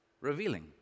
revealing